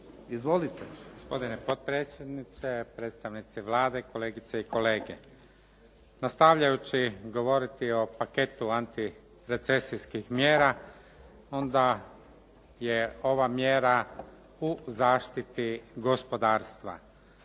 (SDP)** Gospodine potpredsjedniče, predstavnici Vlade, kolegice i kolege. Nastavljajući govoriti o paketu antirecesijskih mjera onda je ova mjera u zaštiti gospodarstva.